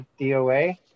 DoA